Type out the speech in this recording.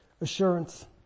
Assurance